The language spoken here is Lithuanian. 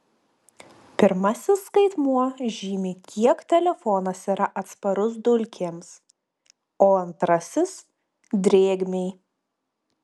pirmasis skaitmuo žymi kiek telefonas yra atsparus dulkėms o antrasis drėgmei